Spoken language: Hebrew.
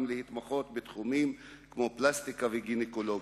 להתמחות בתחומים כמו פלסטיקה וגינקולוגיה.